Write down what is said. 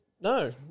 No